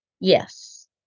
Yes